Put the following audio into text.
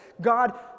God